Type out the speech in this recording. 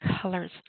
colors